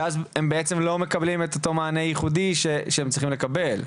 ואז הם בעצם לא מקבלים את אותו מענה ייחודי שהם צריכים לקבל.